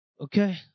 okay